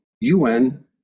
UN